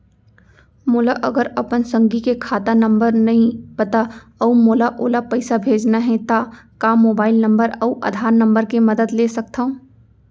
मोला अगर अपन संगी के खाता नंबर नहीं पता अऊ मोला ओला पइसा भेजना हे ता का मोबाईल नंबर अऊ आधार नंबर के मदद ले सकथव?